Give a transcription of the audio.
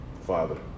father